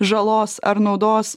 žalos ar naudos